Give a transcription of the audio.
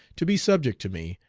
to be subject to me,